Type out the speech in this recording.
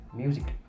music